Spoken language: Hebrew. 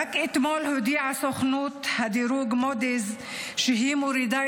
רק אתמול הודיע הסוכנות הדירוג מודי'ס שהיא מורידה